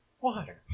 water